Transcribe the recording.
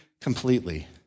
completely